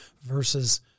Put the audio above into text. versus